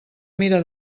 mira